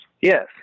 Yes